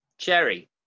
cherry